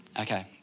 Okay